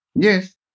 Yes